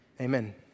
Amen